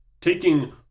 Taking